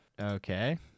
Okay